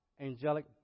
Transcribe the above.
angelic